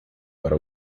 para